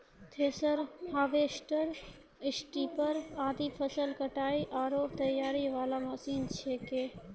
thresher, harvester, स्टारीपर आदि फसल कटाई आरो तैयारी वाला मशीन छेकै